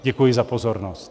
Děkuji za pozornost.